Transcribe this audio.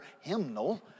hymnal